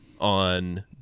on